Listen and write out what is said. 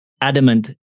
adamant